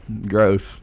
Gross